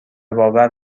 باور